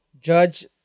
judge